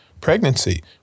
pregnancy